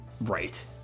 Right